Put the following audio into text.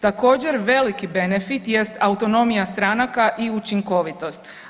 Također veliki benefit jest autonomija stranaka i učinkovitost.